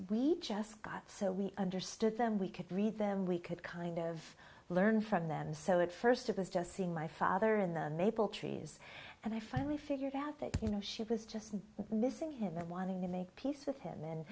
we just got so we understood them we could read them we could kind of learn from them and so it first it was just seeing my father in the maple trees and i finally figured out that you know she was just missing him and wanting to make peace with him and